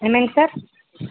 என்னங்க சார்